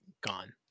gone